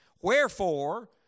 Wherefore